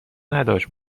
نداشت